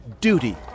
duty